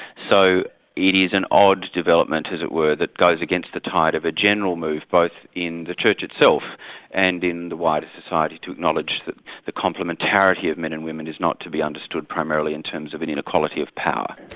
so it is an odd development as it were, that goes against the tide of a general move both but in the church itself and in the wider society to acknowledge that the complementarity of men and women is not to be understood primarily in terms of an inequality of power.